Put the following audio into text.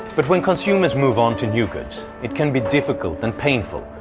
but when consumers move on to new goods, it can be difficult and painful,